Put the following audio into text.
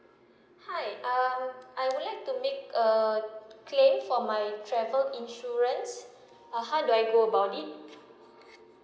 hi uh I would like to make a claim for my travel insurance is ah how do I go about it